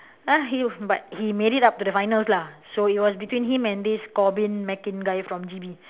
!huh! he but he made it up to the finals lah so it was between him and this Corbin Mackin guy from G_B